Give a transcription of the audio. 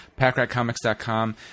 PackRatComics.com